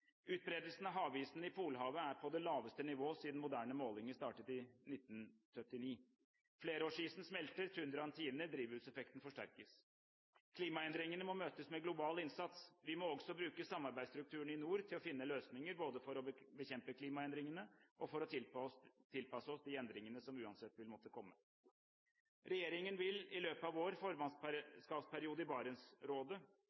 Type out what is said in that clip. Utbredelsen av havisen i Polhavet er på det laveste nivå siden moderne målinger startet i 1979. Flerårsisen smelter, tundraen tiner, drivhuseffekten forsterkes. Klimaendringene må møtes med global innsats. Vi må også bruke samarbeidsstrukturene i nord til å finne løsninger, både for å bekjempe klimaendringene og for å tilpasse oss til de endringene som uansett vil måtte komme. Regjeringen vil i løpet av vår